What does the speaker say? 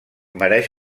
mereix